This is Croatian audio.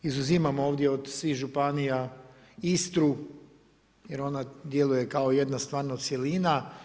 Izuzimam od svih županija Istru jer ona djeluje kao jedna stvarno cjelina.